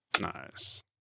Nice